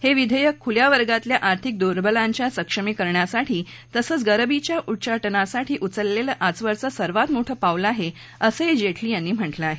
हे विधेयक खुल्या वर्गातल्या आर्थिक दुर्बलांच्या सक्षमीकरणासाठी तसंच गरीबीच्या उच्चाटनासाठी उचललेलं आजवरचं सर्वात मोठं पाऊल आहे असंही जेटली यांनी म्हटलं आहे